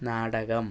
നാടകം